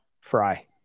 fry